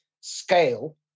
scale